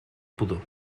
pudor